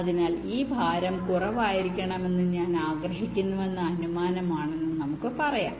അതിനാൽ ഈ ഭാരം കുറവായിരിക്കണമെന്ന് ഞാൻ ആഗ്രഹിക്കുന്നുവെന്ന അനുമാനമാണെന്ന് നമുക്ക് പറയാം